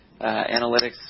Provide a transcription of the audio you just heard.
analytics